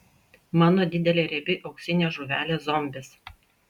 mano didelė riebi auksinė žuvelė zombis